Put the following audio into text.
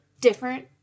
different